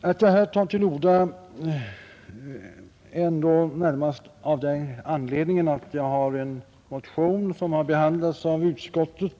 Att jag här tar till orda är ändå närmast i anledning av att jag har en motion som behandlats av utskottet,